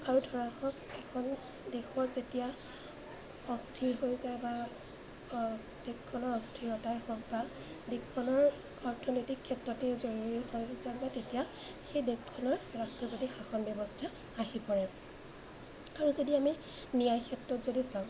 আৰু ধৰা হওক এখন দেশৰ যেতিয়া অস্থিৰ হৈ যায় বা দেশখনৰ অস্থিৰতাই হওক বা দেশখনৰ অৰ্থনৈতিক ক্ষেত্ৰতে জৰুৰী হৈ যাব তেতিয়া সেই দেশখনৰ ৰাষ্ট্ৰপতি শাসন ব্যৱস্থা আহি পৰে আৰু যদি আমি ন্যায় ক্ষেত্ৰত যদি চাওঁ